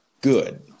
good